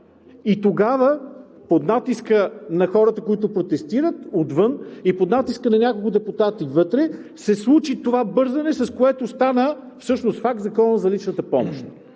И тогава под натиска на хората, които протестират отвън, и под натиска на няколко депутати вътре се случи това бързане, с което стана всъщност факт Законът за личната помощ.